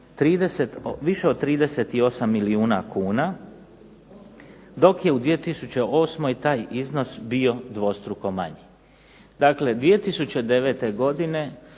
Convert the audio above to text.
više od 38 milijuna kuna dok je u 2008. taj iznos bio dvostruko manji. Dakle, 2009. godine